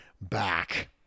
back